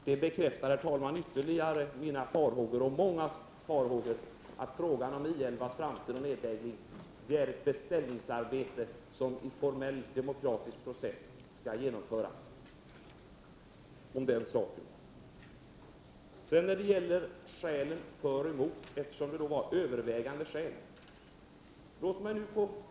Detta bekräftar, herr talman, ytterligare mina och många andras farhågor att frågan om I 11:s framtid och nedläggning är ett beställningsarbete som genom en formell demokratisk process skall genomföras. Nog om den saken. Så till skälen för och emot nedläggning av I 11, eftersom det ju åberopats övervägande skäl för en nedläggning.